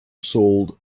sold